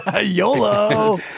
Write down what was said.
YOLO